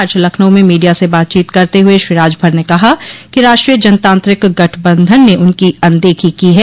आज लखनऊ में मीडिया से बातचीत करते हुए श्री राजभर ने कहा कि राष्ट्रीय जनतांत्रिक गठबंधन ने उनकी अनदेखी की है